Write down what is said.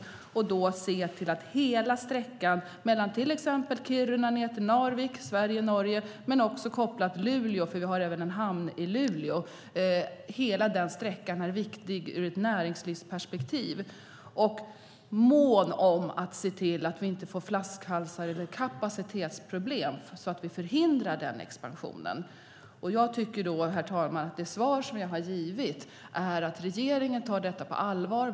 Då måste man se till att hela sträckan Kiruna-Narvik liksom sträckan ned till Luleå, för vi har en hamn också där, är viktig ur ett näringslivsperspektiv. Vi ska vara måna om att vi inte får flaskhalsar eller kapacitetsproblem som förhindrar den expansionen. Det svar som jag har givit är att regeringen tar detta på allvar.